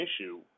issue